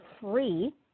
free